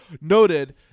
noted